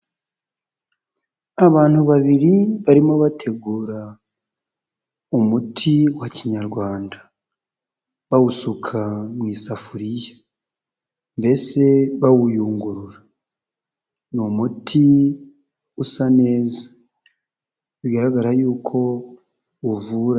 Abantu babiri barimo bategura umuti wa kinyarwanda bawusuka mu isafuriya mbese bawuyungurura, ni umuti usa neza bigaragara yuko uvura.